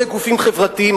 או לגופים חברתיים,